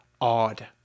odd